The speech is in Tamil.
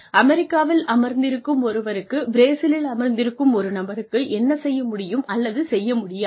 அமெரிக்காவில் அமர்ந்திருக்கும் ஒருவருக்கு பிரேசிலில் அமர்ந்திருக்கும் ஒரு நபருக்கு என்ன செய்ய முடியும் அல்லது செய்ய முடியாது